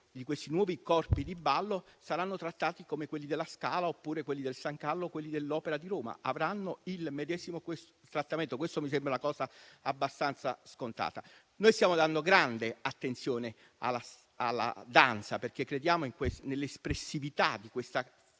di questi nuovi corpi di ballo saranno trattati come quelli del Teatro alla Scala, del Teatro San Carlo o del Teatro dell'Opera di Roma: avranno il medesimo trattamento e questo mi sembra abbastanza scontato. Noi stiamo dando grande attenzione alla danza, perché crediamo nell'espressività di questa